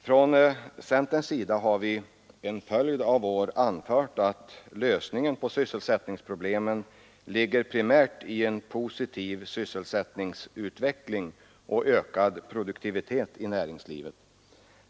Från centerns sida har vi under en följd av år anfört att lösningen på sysselsättningsproblemen ligger primärt i en positiv sysselsättningsutveckling och ökad produktivitet i näringslivet.